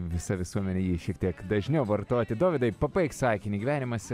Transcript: visa visuomenė jį šiek tiek dažniau vartoti dovydai pabaik sakinį gyvenimas